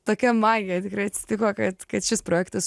tokia magija tikrai atsitiko kad kad šis projektas